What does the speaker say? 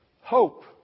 hope